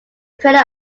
credit